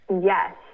yes